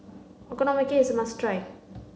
Okonomiyaki must try